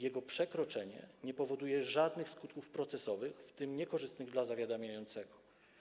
Jego przekroczenie nie powoduje żadnych skutków procesowych, w tym niekorzystnych dla zawiadamiającego.